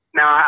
Now